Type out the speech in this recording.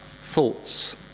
thoughts